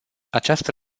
această